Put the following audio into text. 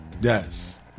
Yes